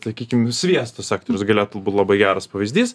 sakykim sviesto sektorius galėtų labai geras pavyzdys